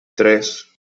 tres